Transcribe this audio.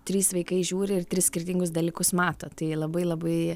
trys vaikai žiūri ir tris skirtingus dalykus mato tai labai labai